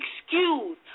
excuse